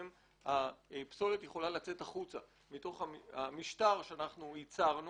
הפסולת יכולה לצאת החוצה מתוך המשטר שייצרנו